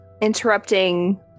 interrupting